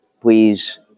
please